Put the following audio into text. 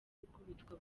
gukubitwa